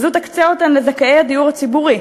וזו תקצה אותם לזכאי הדיור הציבורי,